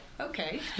Okay